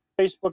Facebook